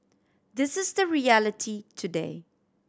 this is the reality today